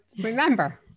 remember